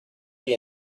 hoy